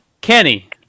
Kenny